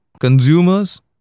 consumers